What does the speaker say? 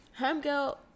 homegirl